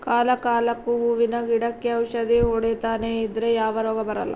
ಕಾಲ ಕಾಲಕ್ಕೆಹೂವಿನ ಗಿಡಕ್ಕೆ ಔಷಧಿ ಹೊಡಿತನೆ ಇದ್ರೆ ಯಾವ ರೋಗ ಬರಲ್ಲ